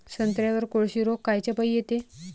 संत्र्यावर कोळशी रोग कायच्यापाई येते?